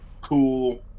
cool